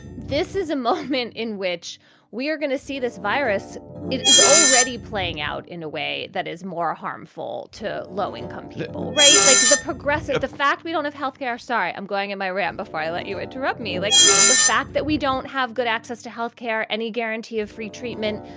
this is a moment in which we are going to see this virus is already playing out in a way that is more harmful to low income people. right. like the progressive. the fact we don't have health care. sorry, i'm going in my rant before i let you interrupt me. like the fact that we don't have good access to healthcare. any guarantee of free treatment.